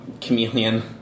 Chameleon